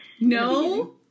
No